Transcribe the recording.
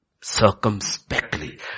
circumspectly